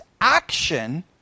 action